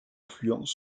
affluents